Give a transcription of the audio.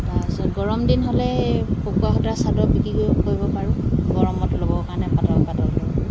তাৰপিছত গৰমদিন হ'লে পকোৱা সূতাৰ চাদৰ বিক্ৰী কৰিব পাৰোঁ গৰমত ল'বৰ কাৰণে পাতল পাতল হয় এইবোৰ